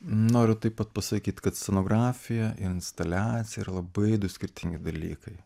noriu taip pat pasakyt kad scenografija instaliacija yra labai du skirtingi dalykai